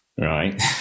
Right